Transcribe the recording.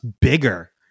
bigger